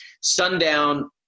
Sundown